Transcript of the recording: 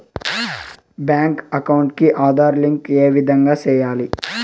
Bank account కి Aadhaar link ఏ విధంగా సెయ్యాలి?